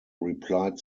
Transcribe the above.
replied